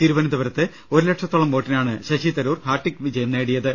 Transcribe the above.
തിരുവനന്തപുരത്ത് ഒരു ലക്ഷത്തോളം വോട്ടിനാണ് ശശി തരൂർ ഹാർട്ടിക് വിജയം നേടിയത്